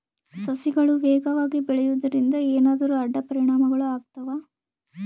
ಸಸಿಗಳು ವೇಗವಾಗಿ ಬೆಳೆಯುವದರಿಂದ ಏನಾದರೂ ಅಡ್ಡ ಪರಿಣಾಮಗಳು ಆಗ್ತವಾ?